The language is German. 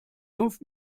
fünf